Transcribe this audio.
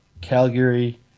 Calgary